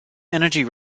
energy